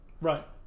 Right